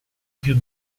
più